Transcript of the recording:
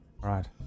Right